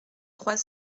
trois